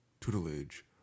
tutelage